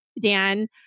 Dan